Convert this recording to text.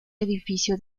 edificio